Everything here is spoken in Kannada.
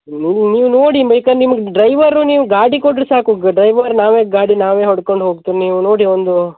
ನೀವು ನೀವು ನೋಡಿ ಬೇಕಾರೆ ನಿಮ್ಗೆ ಡ್ರೈವರು ನೀವು ಗಾಡಿ ಕೊಟ್ಟರೂ ಸಾಕು ಡ್ರೈವರ್ ನಾವೇ ಗಾಡಿ ನಾವೇ ಹೊಡ್ಕೊಂಡು ಹೋಗ್ತೀವಿ ನೀವು ನೋಡಿ ಒಂದು